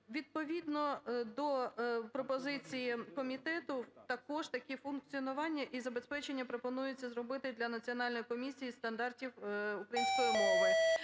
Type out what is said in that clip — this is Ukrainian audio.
Відповідно до пропозиції комітету також такі функціонування із забезпечення пропонуються зробити і для Національної комісії стандартів української мови.